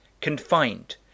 confined